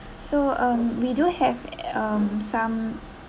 so um we do have um some